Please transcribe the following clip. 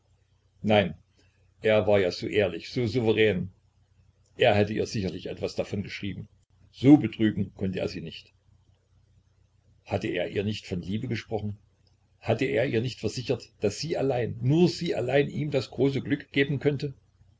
nein er war ja so ehrlich so souverän er hätte ihr sicherlich etwas davon geschrieben so betrügen konnte er sie nicht hatte er ihr nicht von liebe gesprochen hatte er ihr nicht versichert daß sie allein nur sie allein ihm das große glück geben könnte